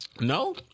No